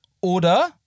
Oder